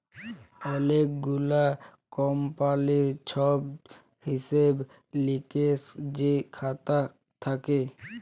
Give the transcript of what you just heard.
অলেক গুলা কমপালির ছব হিসেব লিকেসের যে খাতা থ্যাকে